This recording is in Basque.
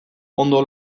ondo